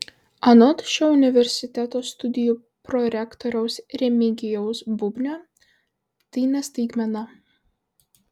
anot šio universiteto studijų prorektoriaus remigijaus bubnio tai ne staigmena